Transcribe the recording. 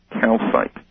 calcite